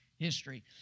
History